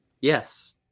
Yes